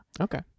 Okay